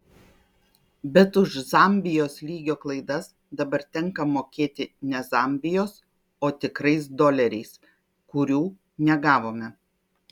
bet už zambijos lygio klaidas dabar tenka mokėti ne zambijos o tikrais doleriais kurių negavome